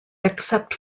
except